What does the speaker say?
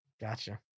gotcha